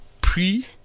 pre